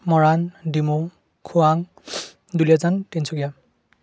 মৰাণ ডিমৌ খোৱাং দুলীয়াজান তিনিচুকীয়া